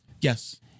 Yes